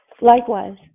Likewise